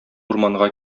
урманга